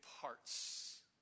parts